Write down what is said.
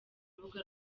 rubuga